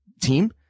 team –